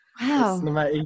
Wow